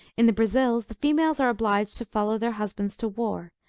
in the brazils, the females are obliged to follow their husbands to war,